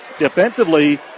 defensively